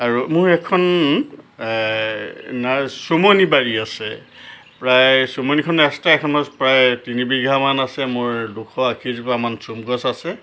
আৰু মোৰ এখন না চোমনী বাৰী আছে প্ৰায় চোমনীখন এক্সট্ৰা মোৰ প্ৰায় তিনিবিঘামান আছে মোৰ দুশ আশীজোপামান চোম গছ আছে